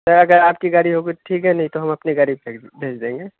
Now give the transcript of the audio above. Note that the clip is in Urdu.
سر اگر آپ کی گاڑی ہو گئی تو ٹھیک ہے نہیں تو ہم اپنی گاڑی سے بھیج دیں گے